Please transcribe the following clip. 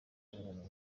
bazaburanira